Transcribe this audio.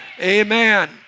Amen